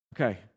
Okay